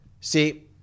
See